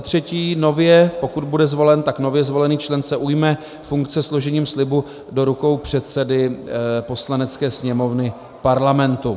3. Nově, pokud bude zvolen, tak nově zvolený člen se ujme funkce složením slibu do rukou předsedy Poslanecké sněmovny Parlamentu.